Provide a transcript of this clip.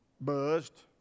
buzzed